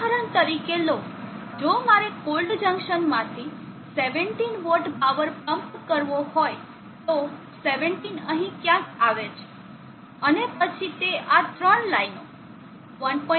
ઉદાહરણ તરીકે લો જો મારે કોલ્ડ જંકશન માંથી 17 વોટ પાવર પંપ કરવો હોય તો 17 અહીં ક્યાંક આવે છે અને પછી તે આ ત્રણ લાઇનો 1